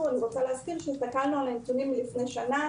אני רוצה להזכיר שהסתכלנו על הנתונים מלפני שנה